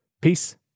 Peace